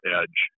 edge